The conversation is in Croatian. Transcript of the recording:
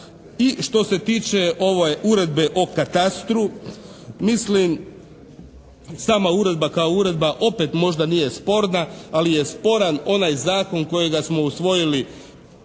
I što se tiče Uredbe o katastru mislim, sama uredba kao uredba opet možda nije sporna ali je sporan onaj zakon kojega smo usvojili